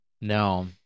No